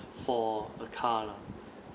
for a car lah